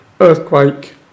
earthquake